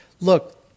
Look